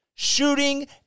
shooting